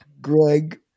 Greg